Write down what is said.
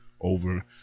over